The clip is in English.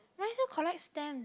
I still collect stamps